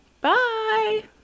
Bye